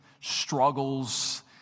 struggles